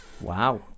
Wow